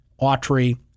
Autry